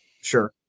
Sure